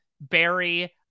Barry